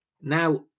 Now